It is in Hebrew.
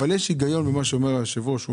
אבל יש היגיון במה שאומר היושב-ראש.